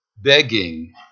begging